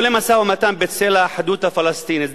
לא למשא-ומתן בצל האחדות הפלסטינית,